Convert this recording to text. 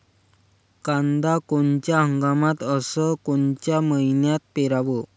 कांद्या कोनच्या हंगामात अस कोनच्या मईन्यात पेरावं?